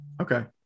Okay